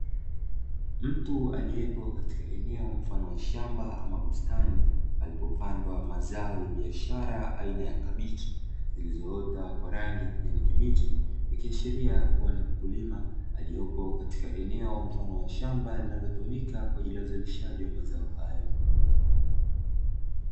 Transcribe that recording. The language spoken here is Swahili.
Mtu aliepo katika eneo mfano wa shamba ama bustani palipopandwa mazao ya biashara aina ya kabichi zilizoota kwa rangi ya kijani kibichi, ikihashiria kuwa ni mkulima aliepo katika eneo mfano wa shamba linalotumika kwa ajili ya uzalishaji wa mazao hayo .